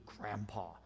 Grandpa